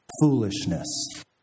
foolishness